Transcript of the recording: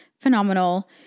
phenomenal